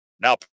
now